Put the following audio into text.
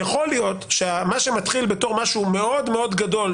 אז יכול להיות שמה שמתחיל בתור משהו מאוד-מאוד גדול,